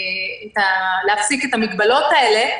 ולהפסיק את המגבלות האלה.